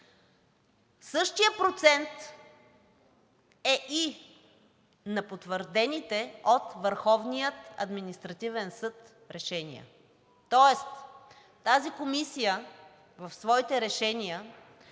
същият процент е и на потвърдените от Върховния административен съд решения, тоест тази комисия в своите решения има